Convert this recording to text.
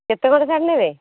କେତେ ଖଣ୍ଡ ଶାଢୀ ନେବେ